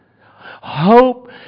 Hope